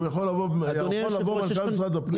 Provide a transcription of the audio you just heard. שהוא יכול לבוא למנכ"ל משרד הפנים,